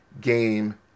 game